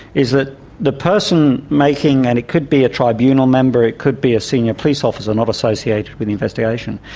is that the person making, and it could be a tribunal member, it could be a senior police officer not associated with the investigation,